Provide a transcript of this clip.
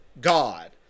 God